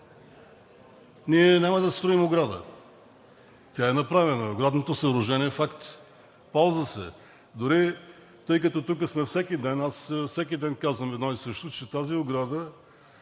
Ние няма да строим ограда – тя е направена. Оградното съоръжение е факт и се ползва. Тъй като тук сме всеки ден, аз всеки ден казвам едно и също: с тази ограда,